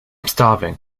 starving